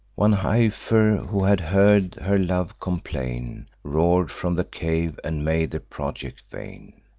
one heifer, who had heard her love complain, roar'd from the cave, and made the project vain.